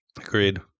agreed